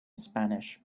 spanish